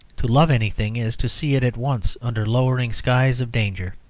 to love anything is to see it at once under lowering skies of danger.